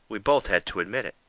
we both had to admit it.